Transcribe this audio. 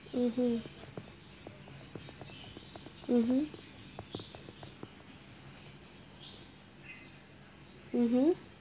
mmhmm mmhmm mmhmm